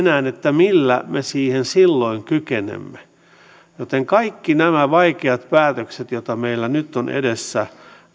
millä me siihen enää silloin kykenemme joten kaikki nämä vaikeat päätökset joita meillä nyt on edessä